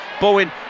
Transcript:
Bowen